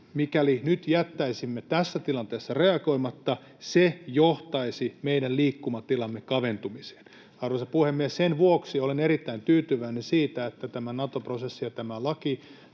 mikäli nyt jättäisimme tässä tilanteessa reagoimatta, se johtaisi meidän liikkumatilamme kaventumiseen. Arvoisa puhemies! Sen vuoksi olen erittäin tyytyväinen siitä, että tämä Nato-prosessi ja tämä laki,